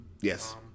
Yes